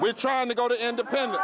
we're trying to go to independent